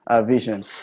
vision